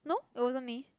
no it wasn't me